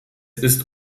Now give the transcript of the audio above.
ist